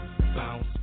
Bounce